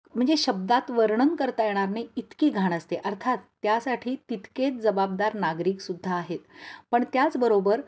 म्हणजे शब्दात वर्णन करता येणार नाही इतकी घाण असते अर्थात त्यासाठी तितकेच जबाबदार नागरिकसुद्धा आहेत पण त्याचबरोबर